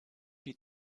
die